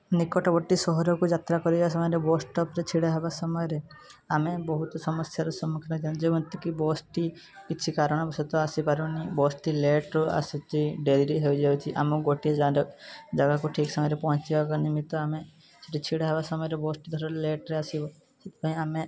ନିକଟବର୍ତ୍ତୀ ସହରକୁ ଯାତ୍ରା କରିବା ସମୟରେ ବସଷ୍ଟପ୍ରେ ଛିଡ଼ା ହେବା ସମୟରେ ଆମେ ବହୁତ ସମସ୍ୟାର ସମ୍ମୁଖୀନ ଯେମିତିକି ବସ୍ଟି କିଛି କାରଣ ବଶତଃ ଆସିପାରୁନି ବସ୍ଟି ଲେଟ୍ରେ ଆସୁଛି ଡେରି ହୋଇଯାଉଛି ଆମ ଗୋଟିଏ ଯା ଜାଗାକୁ ଠିକ୍ ସମୟରେ ପହଞ୍ଚିବା ନିମିତ୍ତ ଆମେ ସେଠି ଛିଡ଼ା ହେବା ସମୟରେ ବସ୍ଟି ଧର ଲେଟ୍ରେ ଆସିବ ସେଥିପାଇଁ ଆମେ